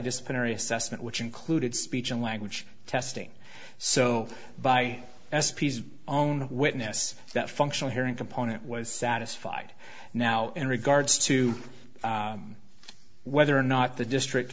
disciplinary assessment which included speech and language testing so by s p's own witness that functional hearing component was satisfied now in regards to whether or not the district